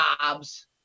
jobs